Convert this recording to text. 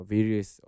Various